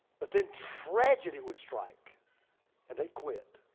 but then tragedy would strike and they quit.